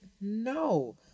No